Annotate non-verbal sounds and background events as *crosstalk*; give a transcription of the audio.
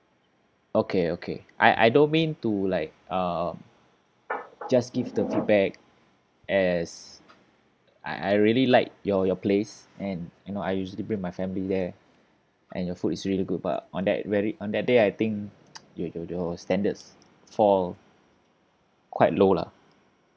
okay okay I I don't mean to like um just give the feedback as I I really liked your your place and you know I usually bring my family there and your food is really good but on that very on that day I think *noise* your your your standards fall quite low lah